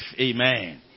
Amen